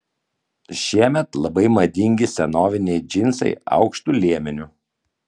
šiemet labai madingi senoviniai džinsai aukštu liemeniu